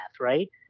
right